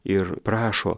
ir prašo